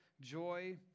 joy